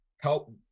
Help